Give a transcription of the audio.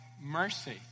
mercy